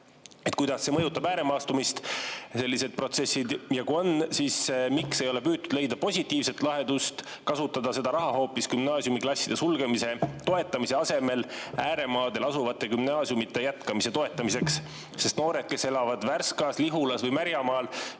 protsessid mõjutavad ääremaastumist? Ja kui on, siis miks ei ole püütud leida positiivset lahendust, kasutada seda raha hoopis gümnaasiumiklasside sulgemise toetamise asemel ääremaadel asuvate gümnaasiumide jätkamise toetamiseks? Noored, kes elavad Värskas, Lihulas või Märjamaal,